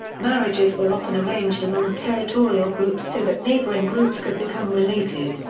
marriages were often arranged among territorial groups so that neighbouring groups could become related,